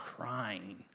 crying